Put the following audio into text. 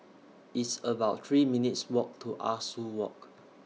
It's about three minutes' Walk to Ah Soo Walk